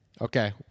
Okay